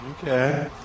Okay